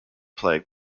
plague